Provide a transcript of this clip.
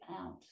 out